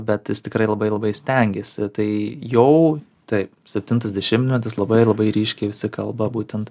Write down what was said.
bet jis tikrai labai labai stengėsi tai jau taip septintas dešimtmetis labai labai ryškiai visi kalba būtent